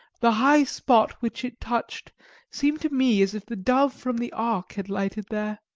the high spot which it touched seemed to me as if the dove from the ark had lighted there.